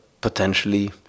potentially